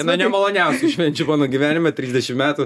na nemaloniausių išminčių mano gyvenime trisdešim metų